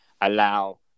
allow